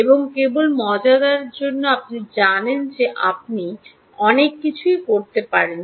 এবং কেবল মজার জন্য আপনি জানেন যে আপনি অনেক কিছুই করতে পারেন